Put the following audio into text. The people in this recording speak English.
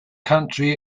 country